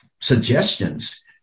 suggestions